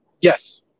Yes